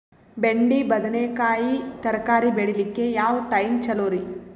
ಬೆಂಡಿ ಬದನೆಕಾಯಿ ತರಕಾರಿ ಬೇಳಿಲಿಕ್ಕೆ ಯಾವ ಟೈಮ್ ಚಲೋರಿ?